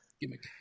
gimmick